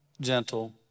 gentle